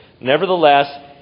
Nevertheless